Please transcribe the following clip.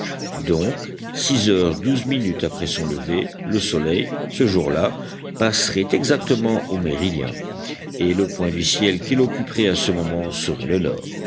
donc six heures douze minutes après son lever le soleil ce jour-là passerait exactement au méridien et le point du ciel qu'il occuperait à ce moment serait le nord